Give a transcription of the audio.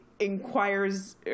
inquires